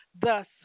thus